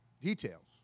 Details